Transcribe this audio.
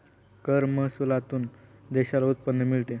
कर महसुलातून देशाला उत्पन्न मिळते